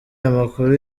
amakuru